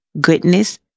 goodness